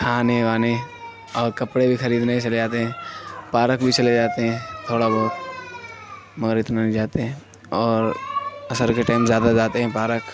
کھانے وانے اور کپڑے بھی خریدنے چلے جاتے ہیں پارک بھی چلے جاتے ہیں تھوڑا بہت مگر اتنا نہیں جاتے اور عصر کے ٹائم زیادہ جاتے ہیں پارک